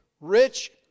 rich